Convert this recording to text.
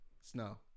Snow